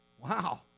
Wow